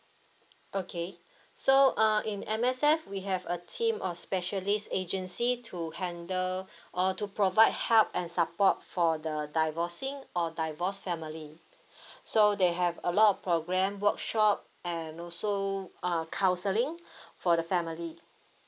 okay so uh in M_S_F we have a team of specialist agency to handle or to provide help and support for the divorcing or divorced family so they have a lot of programme workshop and also uh counselling for the family